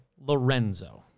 Lorenzo